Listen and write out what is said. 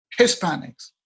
Hispanics